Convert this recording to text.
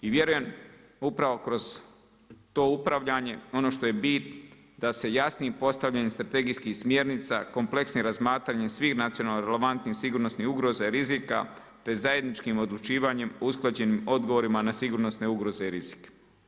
I vjerujem upravo kroz to upravljanje ono što je bit da se jasnijim postavljanjem strategijskih smjernica kompleksnim razmatranjem svih nacionalnih relevantnih sigurnosnih ugroza i rizika, te zajedničkim odlučivanjem usklađenim, odgovorima na sigurnosne ugroze i rizike.